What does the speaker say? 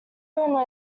burned